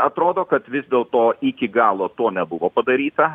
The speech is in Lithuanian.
atrodo kad vis dėlto iki galo to nebuvo padaryta